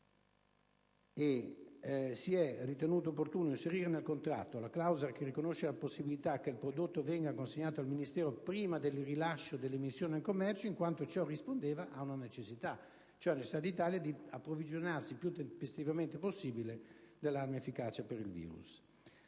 si è ritenuto opportuno inserire nel contratto la clausola che riconosce la possibilità che il prodotto venga consegnato al Ministero prima del rilascio della immissione in commercio, in quanto ciò rispondeva alla necessità per l'Italia di approvvigionarsi il più tempestivamente possibile dell'arma efficace per far